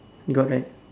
got right